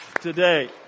today